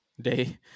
Day